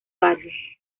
varios